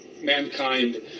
mankind